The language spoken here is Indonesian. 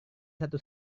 satu